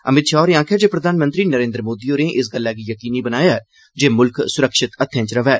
अमित शाह होरें आक्खेया जे प्रधानमंत्री नरेन्द्र मोदी होरें इस गल्लै गी यकीनी बनाया जे मुल्ख सुरक्षित हत्थें च रवै